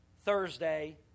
Thursday